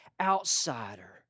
outsider